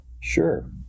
Sure